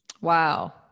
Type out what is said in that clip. Wow